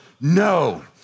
No